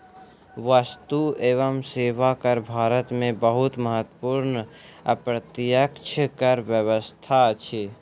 वस्तु एवं सेवा कर भारत में बहुत महत्वपूर्ण अप्रत्यक्ष कर व्यवस्था अछि